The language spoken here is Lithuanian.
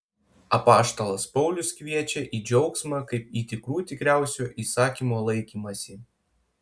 apaštalas paulius kviečia į džiaugsmą kaip į tikrų tikriausio įsakymo laikymąsi